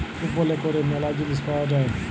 কুপলে ক্যরে ম্যালা জিলিস পাউয়া যায়